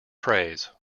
praise